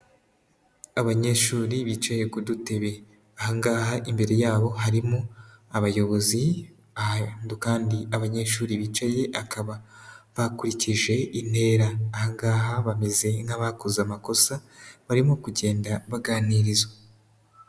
Abanyeshuri bicaye ku dutebe, aha ngaha imbere yabo harimo abayobozi kandi abanyeshuri bicaye bakaba bakurikije intera, aha ngaha bameze nk'abakoze amakosa barimo kugenda baganirizwa.